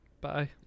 Bye